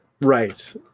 Right